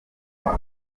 ama